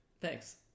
Thanks